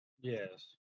Yes